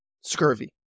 scurvy